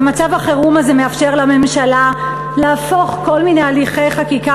מצב החירום הזה מאפשר לממשלה להפוך כל מיני הליכי חקיקה